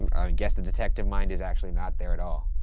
i guess the detective mind is actually not there at all.